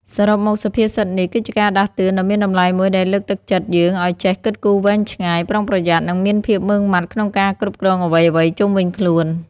សរុបមកសុភាសិតនេះគឺជាការដាស់តឿនដ៏មានតម្លៃមួយដែលលើកទឹកចិត្តយើងឱ្យ ចេះគិតគូរវែងឆ្ងាយ ប្រុងប្រយ័ត្ន និងមានភាពម៉ឺងម៉ាត់ក្នុងការគ្រប់គ្រងអ្វីៗជុំវិញខ្លួន ។